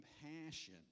compassion